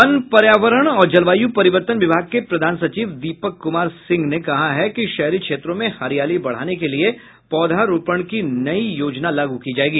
one पर्यावरण और जलवायू परिवर्तन विभाग के प्रधान सचिव दीपक कुमार सिंह ने कहा है कि शहरी क्षेत्रों में हरियाली बढ़ाने के लिए पौधारोपण की नयी योजना लागू की जायेगी